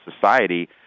society